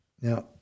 Now